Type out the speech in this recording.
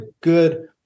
good